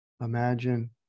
Imagine